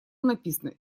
написано